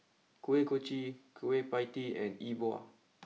Kuih Kochi Kueh Pie Tee and E Bua